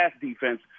defense